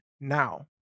Now